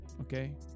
okay